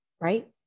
right